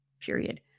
period